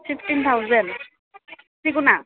fifteen thousand सिगुना